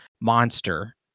monster